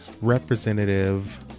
Representative